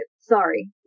Sorry